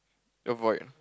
avoid